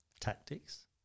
Tactics